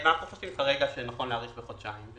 אנחנו חושבים שנכון כרגע להאריך בחודשיים.